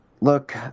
Look